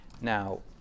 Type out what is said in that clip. Now